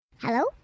Hello